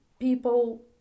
People